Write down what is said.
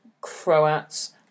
Croats